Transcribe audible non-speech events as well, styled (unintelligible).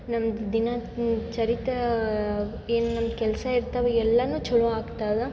ನಮ್ದು ದಿನ (unintelligible) ಏನು ನಮ್ಗೆ ಕೆಲಸ ಇರ್ತವೆ ಎಲ್ಲಾ ಚೊಲೋ ಆಗ್ತದ